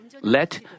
let